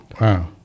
wow